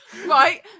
Right